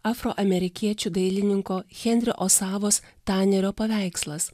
afroamerikiečių dailininko henrio osavos tanerio paveikslas